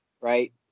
right